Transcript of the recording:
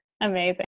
Amazing